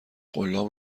قلاب